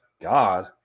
god